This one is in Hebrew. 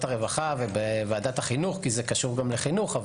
הרווחה ובוועדת החינוך כי זה קשור גם לחינוך.